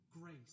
grace